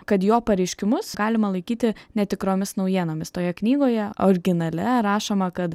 kad jo pareiškimus galima laikyti netikromis naujienomis toje knygoje originale rašoma kad